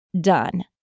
done